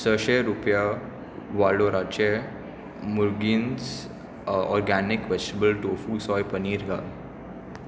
सयशे रुपया वालोराचे मुर्गिन्स organic vegetable tofu soy paneer घाल